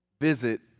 Visit